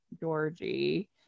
Georgie